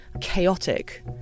chaotic